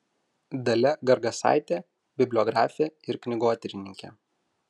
dalia gargasaitė bibliografė ir knygotyrininkė